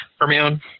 Hermione